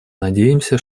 надеемся